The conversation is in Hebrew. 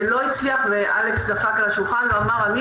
זה לא הצליח ואלכס דפק על השולחן ואמר: אני